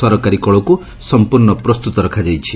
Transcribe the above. ସରକାରୀ କଳକୁ ସମ୍ପର୍ଣ୍ଣ ପ୍ରସ୍ତୁତ ରଖାଯାଇଛି